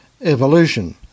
Evolution